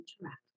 Interact